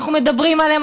אנחנו מדברים עליהן,